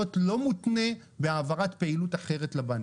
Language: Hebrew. לא מותנה בהעברת פעילות אחרת לבנקים.